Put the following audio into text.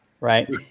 right